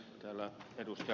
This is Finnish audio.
täällä ed